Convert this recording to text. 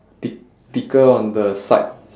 thick thicker on the side